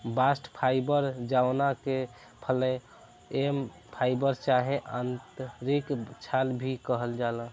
bast fibre जवना के phloem fibre चाहे आंतरिक छाल भी कहल जाला